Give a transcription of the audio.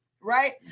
right